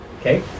Okay